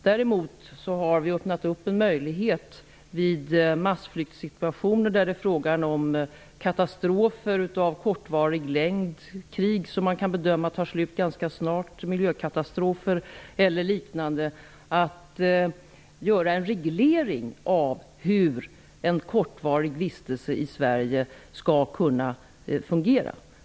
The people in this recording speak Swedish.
Däremot har vi öppnat en möjlighet vid massflyktssituationer, där det är fråga om katastrofer av kortvarig längd, krig som man kan bedöma tar slut ganska snart, miljökatastrofer eller liknande, att reglera hur en kortvarig vistelse i Sverige skall kunna fungera.